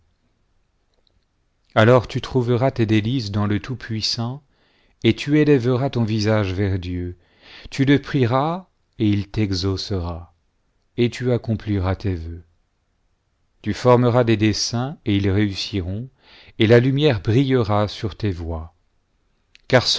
alors tu trouveras tes délices dans le tout-puissant et tu élèveras ton visage vers dieu tu le prieras et il t'exaucera et tu accompliras tes vœux tu formeras des desseins et ils réussiront et la lumière brillera sur tes toies